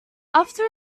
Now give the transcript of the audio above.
after